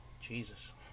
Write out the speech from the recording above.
Jesus